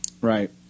Right